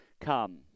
come